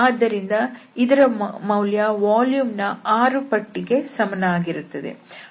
ಆದ್ದರಿಂದ ಇದರ ಮೌಲ್ಯ ವಾಲ್ಯೂಮ್ ನ 6 ಪಟ್ಟಿಗೆ ಸಮನಾಗುತ್ತದೆ